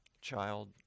child